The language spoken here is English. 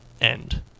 end